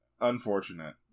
Unfortunate